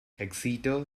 exeter